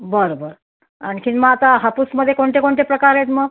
बरं बरं आणखीन मग आता हापूसमध्ये कोणते कोणते प्रकार आहेत मग